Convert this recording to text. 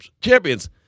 champions